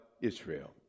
Israel